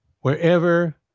Wherever